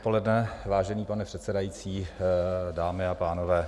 Dobré odpoledne, vážený pane předsedající, dámy a pánové.